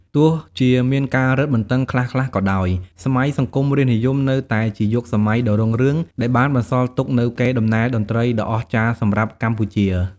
ទោះជាមានការរឹតបន្តឹងខ្លះៗក៏ដោយ សម័យសង្គមរាស្ត្រនិយមនៅតែជាយុគសម័យដ៏រុងរឿងដែលបានបន្សល់ទុកនូវកេរដំណែលតន្ត្រីដ៏អស្ចារ្យសម្រាប់កម្ពុជា។